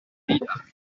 vida